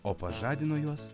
o pažadino juos